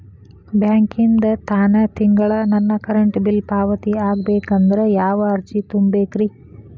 ಬ್ಯಾಂಕಿಂದ ತಾನ ತಿಂಗಳಾ ನನ್ನ ಕರೆಂಟ್ ಬಿಲ್ ಪಾವತಿ ಆಗ್ಬೇಕಂದ್ರ ಯಾವ ಅರ್ಜಿ ತುಂಬೇಕ್ರಿ?